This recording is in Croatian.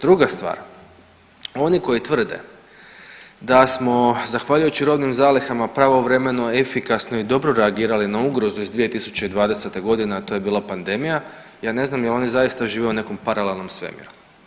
Druga stvar, oni koji tvrde da smo zahvaljujući robnim zalihama pravovremeno, efikasno i dobro reagirali na ugrozu iz 2020.g., a to je bila pandemija, ja ne znam je li oni zaista žive u nekom paralelnom svemiru.